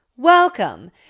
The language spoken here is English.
Welcome